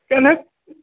केहन